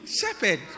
shepherd